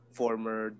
former